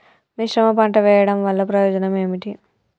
మిశ్రమ పంట వెయ్యడం వల్ల ప్రయోజనం ఏమిటి?